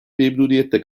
memnuniyetle